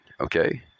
okay